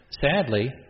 sadly